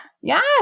yes